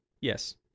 Yes